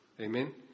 Amen